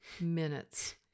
minutes